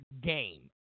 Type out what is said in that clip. game